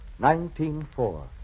1904